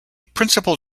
principal